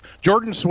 Jordan